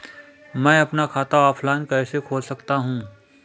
मैं अपना खाता ऑफलाइन कैसे खोल सकता हूँ?